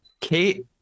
Kate